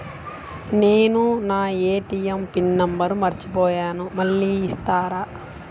నేను నా ATM PIN number మర్చిపోయాను మళ్ళీ ఇస్తారా?